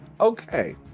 Okay